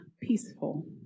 peaceful